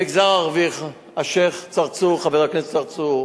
המגזר הערבי, השיח' צרצור, חבר הכנסת צרצור,